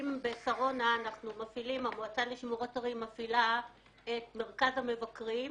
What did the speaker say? אם בשרונה המועצה לשימור אתרים מפעילה את מרכז המבקרים,